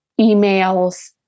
emails